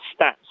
stats